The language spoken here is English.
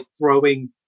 throwing